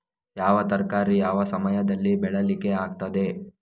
ಯಾವ ತರಕಾರಿ ಯಾವ ಸಮಯದಲ್ಲಿ ಬೆಳಿಲಿಕ್ಕೆ ಆಗ್ತದೆ?